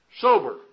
sober